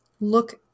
look